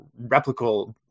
replicable